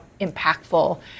impactful